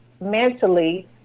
mentally